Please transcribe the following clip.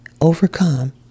overcome